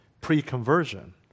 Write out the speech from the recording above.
pre-conversion